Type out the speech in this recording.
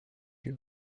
you